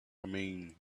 mean